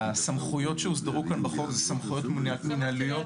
פשוט וברור שיש כאן עברה על החוק, עברה פלילית על